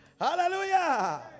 Hallelujah